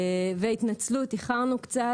והתנצלות: איחרנו קצת.